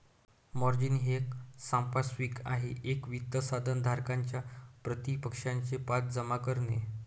margin हे सांपार्श्विक आहे एक वित्त साधन धारकाच्या प्रतिपक्षाचे पास जमा करणे